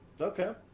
okay